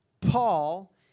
Paul